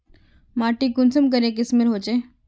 माटी कुंसम करे किस्मेर होचए?